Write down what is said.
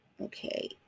okay